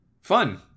fun